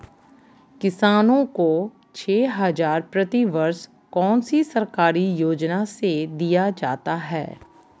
किसानों को छे हज़ार प्रति वर्ष कौन सी सरकारी योजना से दिया जाता है?